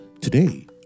Today